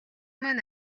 маань